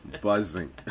Buzzing